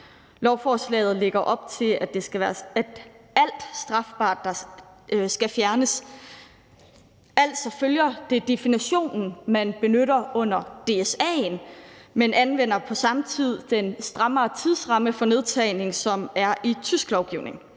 Lovforslaget lægger op til, at alt strafbart skal fjernes, altså følger det definitionen, man benytter under DSA'en, men anvender på samme tid den strammere tidsramme for nedtagning, som er i tysk lovgivning.